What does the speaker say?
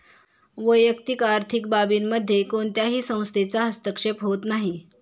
वैयक्तिक आर्थिक बाबींमध्ये कोणत्याही संस्थेचा हस्तक्षेप होत नाही